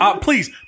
Please